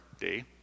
day